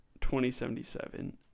2077